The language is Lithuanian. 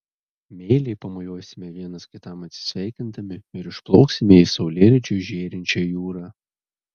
meiliai pamojuosime vienas kitam atsisveikindami ir išplauksime į saulėlydžiu žėrinčią jūrą